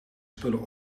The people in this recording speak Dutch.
spullen